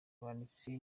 abanditsi